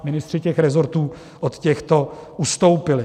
Ministři těch resortů od těchto ustoupili.